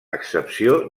excepció